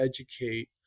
educate